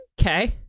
okay